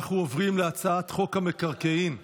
אנחנו עוברים להצעת חוק המקרקעין (תיקון,